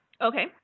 Okay